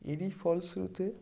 এরই ফলশ্রুতি